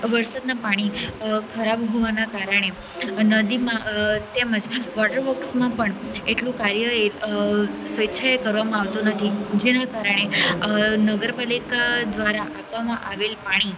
વરસાદનાં પાણી ખરાબ હોવાનાં કારણે નદીમાં તેમજ વોટર વર્ક્સમાં પણ એટલું કાર્ય સ્વેચ્છાએ કરવામાં આવતું નથી જેનાં કારણે નગરપાલિકા દ્વારા આપવામાં આવેલ પાણી